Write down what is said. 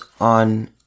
on